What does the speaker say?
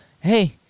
Hey